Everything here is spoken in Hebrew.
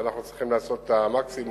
ואנחנו צריכים לעשות את המקסימום,